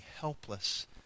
helpless